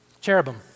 Cherubim